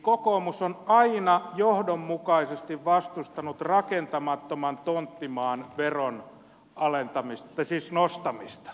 kokoomus on aina johdonmukaisesti vastustanut rakentamattoman tonttimaan veron nostamista